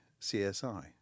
CSI